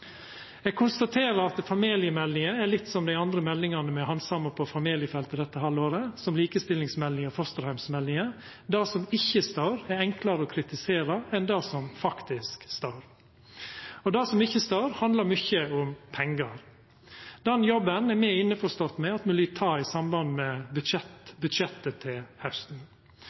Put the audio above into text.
Eg konstaterer at familiemeldinga er litt som dei andre meldingane me handsamar på familiefronten dette halvåret, som likestillingsmeldinga og fosterheimsmeldinga – det som ikkje står, er enklare å kritisera enn det som faktisk står. Og det som ikkje står, handlar mykje om pengar. Den jobben er me innforstått med at me lyt ta i samband med budsjettet til hausten.